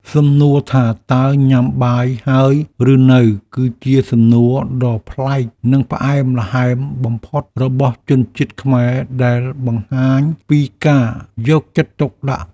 សំណួរថាតើញ៉ាំបាយហើយឬនៅគឺជាសំណួរដ៏ប្លែកនិងផ្អែមល្ហែមបំផុតរបស់ជនជាតិខ្មែរដែលបង្ហាញពីការយកចិត្តទុកដាក់។